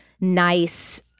nice